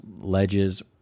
ledges